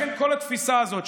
לכן כל התפיסה הזאת,